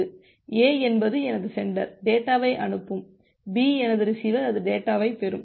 A என்பது எனது sender டேட்டாவை அனுப்பும் B எனது ரிசீவர்அது டேட்டாவை பெறும்